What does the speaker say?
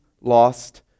lost